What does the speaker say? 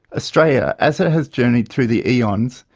australia, as it has journeyed through the eons,